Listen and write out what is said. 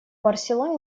барселоне